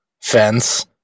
fence